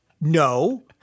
no